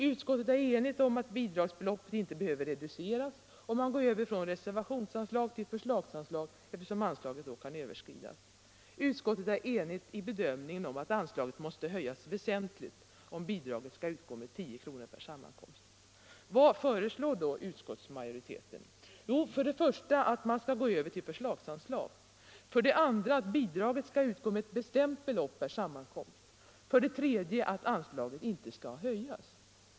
Utskottet är enigt om att bidragsbeloppet inte behöver reduceras, om man går över från reservationsanslag till förslagsanslag, eftersom anslaget då kan överskridas. Utskottet är enigt i bedömningen att anslaget måste höjas väsentligt om bidraget skall utgå med 10 kr. per sammankomst. Vad föreslår då utskottsmajoriteten? För det första att man skall gå över till förslagsanslag. För det andra att bidraget skall utgå med ett bestämt belopp per sammankomst. För det tredje att anslaget inte skall höjas.